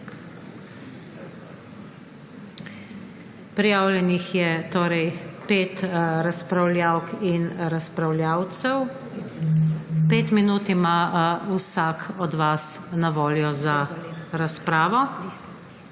Prijavljenih je pet razpravljavk in razpravljavcev. Pet minut ima vsak od vas na voljo za razpravo.